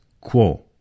quo